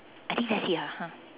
I think that's it ah !huh!